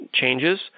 changes